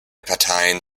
parteien